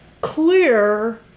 clear